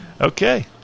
Okay